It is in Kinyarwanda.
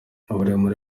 uburemere